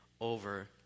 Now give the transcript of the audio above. over